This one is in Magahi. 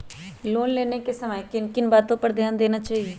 लोन लेने के समय किन किन वातो पर ध्यान देना चाहिए?